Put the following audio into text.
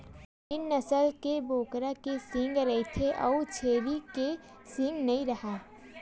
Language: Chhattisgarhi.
सानेन नसल के बोकरा के सींग रहिथे अउ छेरी के सींग नइ राहय